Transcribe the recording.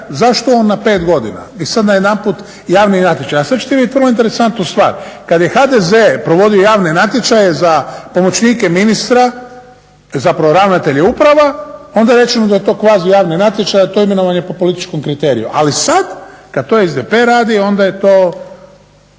zašto on na 5 godina. I sad najedanput javni natječaj. A sad ćete vidjet vrlo interesantnu stvar, kad je HDZ provodio javne natječaje za pomoćnike ministra, zapravo ravnatelji uprava onda reći ćemo da je to kvazi javni natječaj, a to je imenovanje po političkom kriteriju. Ali sad kad to SDP radi onda je to